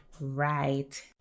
right